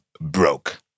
broke